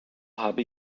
habe